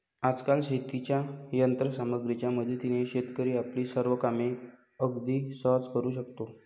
आजकाल शेतीच्या यंत्र सामग्रीच्या मदतीने शेतकरी आपली सर्व कामे अगदी सहज करू शकतो